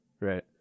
right